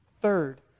Third